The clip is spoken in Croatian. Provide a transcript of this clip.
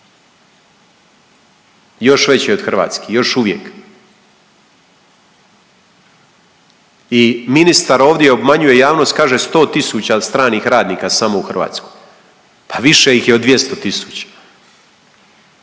veće od hrvatskih, još uvijek. I ministar ovdje obmanjuje javnost, kaže 100 tisuća stranih radnika samo u Hrvatskoj. Pa više ih je od 200 tisuća,